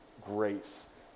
grace